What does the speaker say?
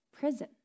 prison